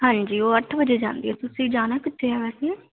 ਹਾਂਜੀ ਉਹ ਅੱਠ ਵਜੇ ਜਾਂਦੀ ਹੈ ਤੁਸੀਂ ਜਾਣਾ ਕਿੱਥੇ ਆ ਵੈਸੇ